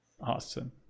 awesome